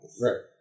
Right